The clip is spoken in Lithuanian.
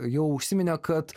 jau užsiminė kad